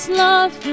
love